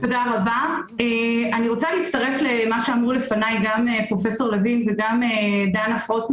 אני רוצה להצטרף למה שאמרו לפניי גם פרופסור לוין וגם דנה פרוסט.